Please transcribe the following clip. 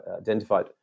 identified